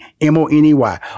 M-O-N-E-Y